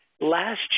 Last